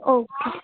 okay